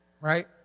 right